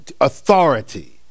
authority